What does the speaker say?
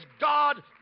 God